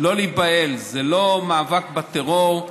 לא להיבהל, זה לא מאבק בטרור,